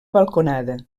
balconada